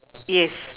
yes